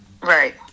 right